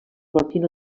portin